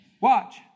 Watch